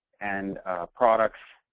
and products.